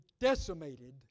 decimated